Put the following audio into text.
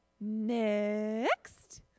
Next